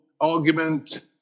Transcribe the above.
argument